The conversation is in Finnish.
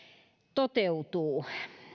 toteutuu